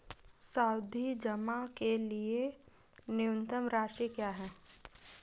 सावधि जमा के लिए न्यूनतम राशि क्या है?